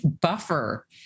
buffer